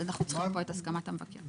אנחנו צריכים פה את הסכמת המבקר.